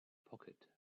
pocket